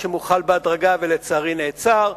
וזה מוחל בהדרגה ולצערי נעצר,